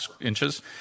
inches